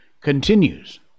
continues